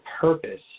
purpose